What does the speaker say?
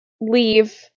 leave